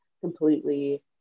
completely